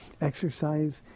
Exercise